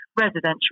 residential